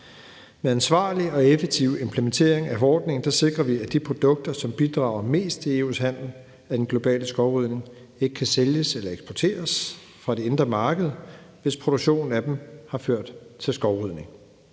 en ansvarlig og effektiv implementering af forordningen sikrer vi, at de produkter, som bidrager mest til EU's andel af den globale skovrydning, ikke kan sælges eller eksporteres fra det indre marked, hvis produktionen af dem har ført til skovrydning.